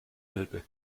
elbe